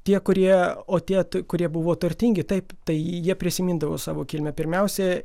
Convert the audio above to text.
tie kurie o tie kurie buvo turtingi taip tai jie prisimindavo savo kilmę pirmiausia